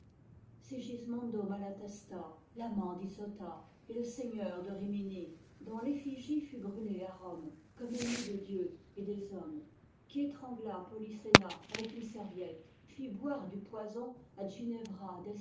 sigismondo malatesta l'amant d'isotta et le seigneur de rimini dont l'effigie fut brûlée à rome comme ennemi de dieu et des hommes qui étrangla polyssena avec une serviette fit boire du poison à ginevra